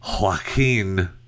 Joaquin